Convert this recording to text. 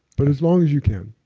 but as long as you can.